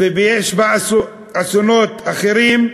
ויש בה אסונות אחרים,